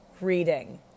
reading